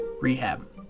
rehab